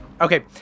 Okay